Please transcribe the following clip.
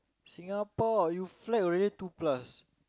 Singapore you flag already two plus